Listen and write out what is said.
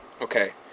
Okay